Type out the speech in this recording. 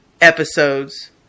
episodes